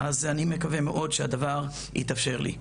אז אני מקווה מאוד שהדבר יתאפשר לי.